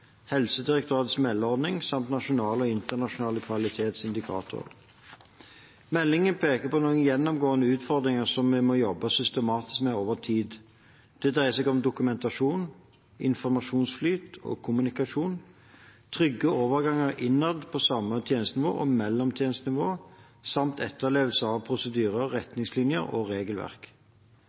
Helsedirektoratets meldeordning samt nasjonale og internasjonale kvalitetsindikatorer. Meldingen peker på noen gjennomgående utfordringer som vi må jobbe systematisk med over tid. Det dreier seg om dokumentasjon, informasjonsflyt og kommunikasjon, trygge overganger innad på samme tjenestenivå og mellom tjenestenivå samt etterlevelse av prosedyrer, retningslinjer og regelverk.